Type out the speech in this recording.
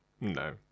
no